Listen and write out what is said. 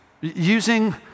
using